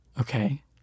Okay